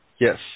Yes